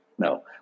No